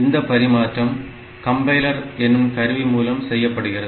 இந்த பரிமாற்றம் கம்பைலர் எனும் கருவி மூலம் செய்யப்படுகிறது